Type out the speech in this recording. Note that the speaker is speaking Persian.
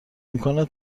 امکان